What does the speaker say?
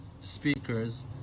speakers